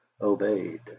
obeyed